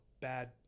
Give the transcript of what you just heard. bad